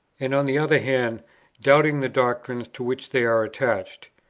and on the other hand doubting the doctrines to which they are attached.